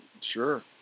Sure